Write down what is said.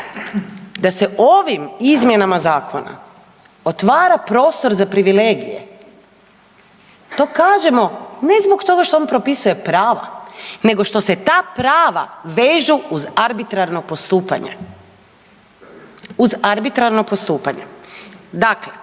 da se ovim izmjenama zakona otvara prostor za privilegije to kažemo ne zbog toga što on propisuje prava, nego što se ta prava vežu uz arbitrarno postupanje, uz arbitrarno postupanje. Dakle,